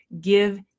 Give